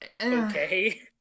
okay